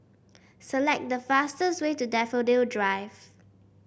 select the fastest way to Daffodil Drive